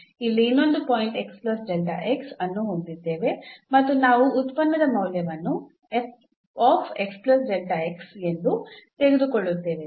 ಇಲ್ಲಿ ಇನ್ನೊಂದು ಪಾಯಿಂಟ್ ಅನ್ನು ಹೊಂದಿದ್ದೇವೆ ಮತ್ತು ನಾವು ಉತ್ಪನ್ನದ ಮೌಲ್ಯವನ್ನು ಎಂದು ತೆಗೆದುಕೊಳ್ಳುತ್ತೇವೆ